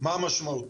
מה המשמעות?